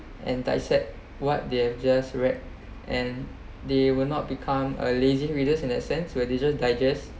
and dissect what they've just read and they will not become a lazy readers in that sense where they just digest